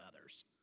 others